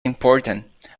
important